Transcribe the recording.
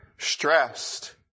stressed